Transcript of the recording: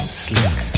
slick